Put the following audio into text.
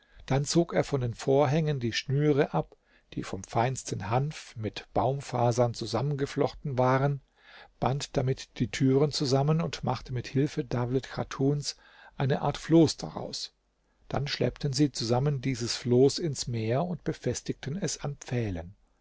dann zog er von den vorhängen die schnüre ab die vom feinsten hanf mit baumfasern zusammengeflochten waren band damit die türen zusammen und machte mit hilfe dawlet chatuns eine art floß daraus dann schleppten sie zusammen dieses floß ins meer und befestigten es an pfählen